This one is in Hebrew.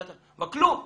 אבל כלום,